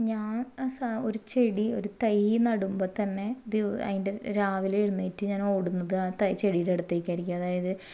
ഞാൻ അസാ ഒരു ചെടി ഒരു തൈ നടുമ്പം തന്നെ ദിവ് അതിൻ്റെ രാവിലെ എഴുന്നേറ്റ് ഞാൻ ഓടുന്നത് ആ തൈ ചെടിയുടെ അടുത്തേക്ക് ആയിരിക്കും അതായത്